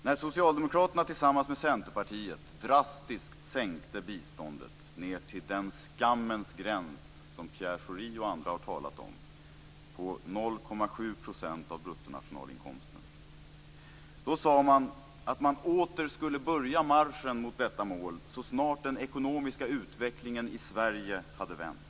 När Socialdemokraterna tillsammans med Centerpartiet drastiskt sänkte biståndet ned till den skammens gräns som Pierre Schori och andra har talat om på 0,7 % av bruttonationalinkomsten sade man att man åter skulle börja marschen mot enprocentsmålet så snart den ekonomiska utvecklingen i Sverige hade vänt.